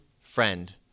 friend